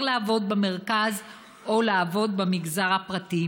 לעבוד במרכז או לעבוד במגזר הפרטי,